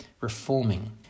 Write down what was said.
reforming